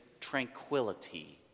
tranquility